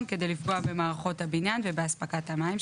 כדי לפגוע במערכות הבניין ובאספקת המים.